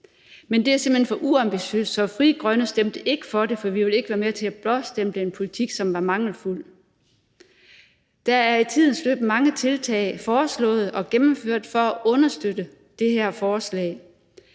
Men det er simpelt hen for uambitiøst, så Frie Grønne stemte ikke for det, for vi vil ikke være med til at blåstemple en politik, som er mangelfuld. Der er i tidens løb blevet foreslået og gennemført mange tiltag for at understøtte det her forslag.